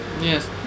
Yes